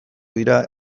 dira